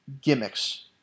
gimmicks